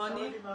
רוני.